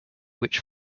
which